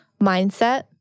mindset